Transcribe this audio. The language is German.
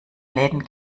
läden